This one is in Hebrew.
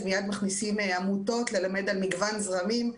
אז מייד מכניסים עמותות ללמד על מגוון זרמים.